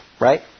Right